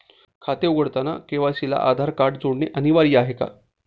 खाते उघडताना के.वाय.सी ला आधार कार्ड जोडणे अनिवार्य आहे का?